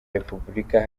republika